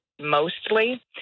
mostly